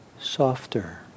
Softer